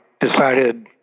decided